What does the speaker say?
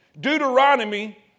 Deuteronomy